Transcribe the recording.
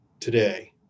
Today